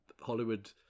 Hollywood